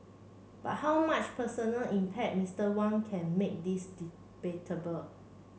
but how much personal impact Mister Wang can make is debatable